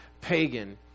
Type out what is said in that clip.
pagan